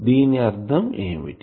దీని అర్ధం ఏమిటి